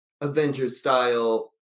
Avengers-style